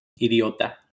Idiota